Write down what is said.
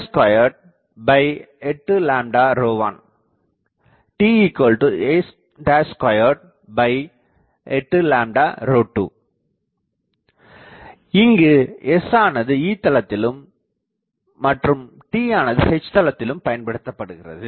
sb281 ta282 இங்கு s ஆனது E தளத்திலும் மற்றும் t ஆனது H தளத்திலும் பயன்படுத்தப்படுகிறது